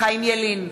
חיים ילין,